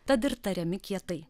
tad ir tariami kietai